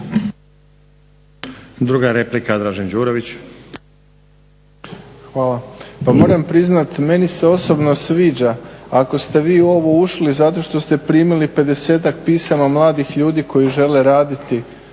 Druga replika, Dražen Đurović.